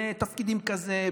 בתפקידים כאלה,